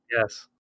Yes